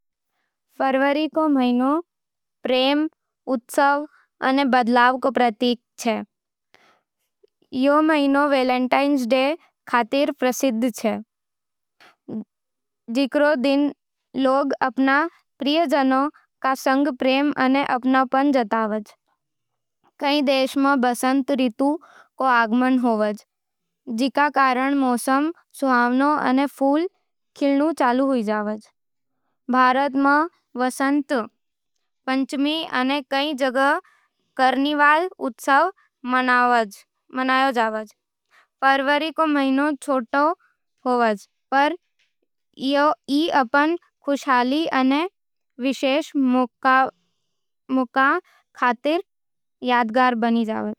फरवरी रो महीनो प्रेम, उत्सव अने बदलाव रो प्रतीक छे। ई महीना वैलेंटाइन डे खातर प्रसिद्ध, होवज जिकरो दिन लोग अपन प्रियजनों सगै प्रेम अने अपनापन जतावै। कई देशों में बसंत ऋतु रो आगमन होवे, जिकरो कारण मौसम सुहावनो अने फूल खिलण हुईजवाज। भारत में वसंत पंचमी अने कई जगह कर्निवाल उत्सव मनावै जावे। फरवरी रो महीनो छोटो होवे, पर ई अपन खुशहाली अने विशेष मौकावां खातर यादगार बनी जवाज़।